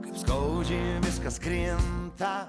kaip skaudžiai viskas krinta